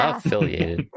Affiliated